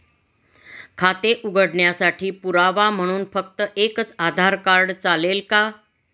खाते उघडण्यासाठी पुरावा म्हणून फक्त एकच आधार कार्ड चालेल का?